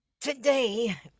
today